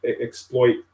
exploit